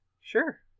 sure